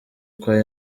choir